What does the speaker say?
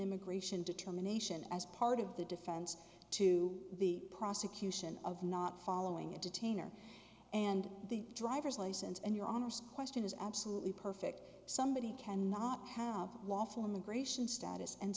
immigration determination as part of the defense to the prosecution of not following a detainer and the driver's license and your honor so question is absolutely perfect somebody cannot have a lawful immigration status and